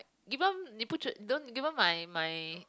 even 你不知 given my my